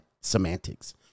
semantics